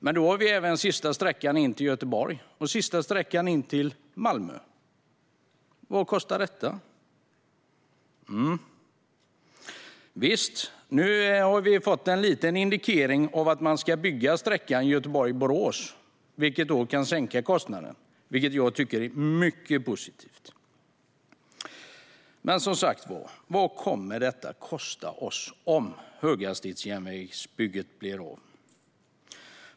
När det gäller den sista sträckan in till Göteborg och den sista sträckan in till Malmö kan man undra hur mycket de kommer att kosta. Nu har vi fått en liten indikering om att man ska bygga sträckan Göteborg-Borås, vilket kan sänka kostnaden. Det tycker jag är mycket positivt. Men, vad kommer det att kosta oss om höghastighetsjärnvägsbygget blir av?